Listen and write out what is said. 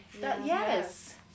Yes